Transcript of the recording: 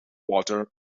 water